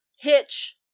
Hitch